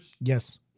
yes